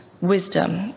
wisdom